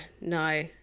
No